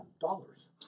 dollars